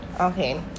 okay